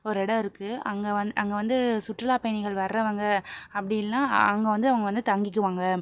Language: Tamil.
ஒரு இடோம் இருக்கு அங்கே வந் அங்கே வந்து சுற்றுலா பயணிகள் வரவங்க அப்படி இல்லைனா அவங்க வந்து அவங்க வந்து தங்கிக்குவாங்க